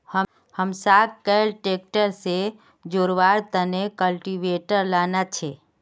हमसाक कैल ट्रैक्टर से जोड़वार तने कल्टीवेटर लाना छे